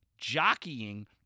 jockeying